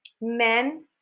Men